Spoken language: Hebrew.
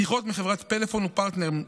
שיחות מחברת פלאפון ופרטנר,